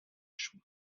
choix